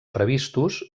previstos